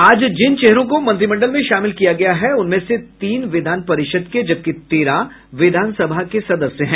आज जिन चेहरों को मंत्रिमंडल में शामिल किया गया है उनमें से तीन विधान परिषद् के जबकि तेरह विधानसभा के सदस्य हैं